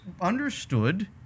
understood